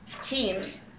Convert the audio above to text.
teams